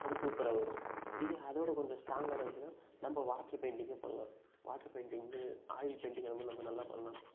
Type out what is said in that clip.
அது சூப்பராக வரும் இது அதோட கொஞ்சம் ஸ்ட்ராங்கான இதுனா நம்ம வாட்ரு பெயிண்டிங்கே பண்ணலாம் வாட்ரு பெயிண்டிங் வந்து ஆயில் பெயிண்டிங் அந்தமாதிரி நம்ம நல்லா பண்ணலாம்